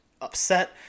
upset